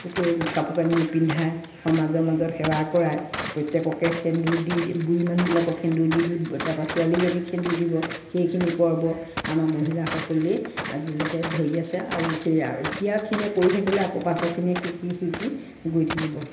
গোটেই কাপোৰ কানি পিন্ধাই সমাজৰ মাজত সেৱা কৰাই প্ৰত্যেককে সেন্দুৰ দি বুঢ়ী মানুহবিলাকক সেন্দুৰ দি দি তাৰ পৰা ছোৱালীজনিক সেন্দুৰ দিব সেইখিনি পৰ্ব আমাৰ মহিলাসকলেই আজিলৈকে ধৰি আছে আৰু সেয়া এতিয়াৰ খিনিয়ে কৰি থাকিলে আকৌ পাছৰখিনিয়ে শিকি শিকি গৈ থাকিব